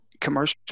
commercial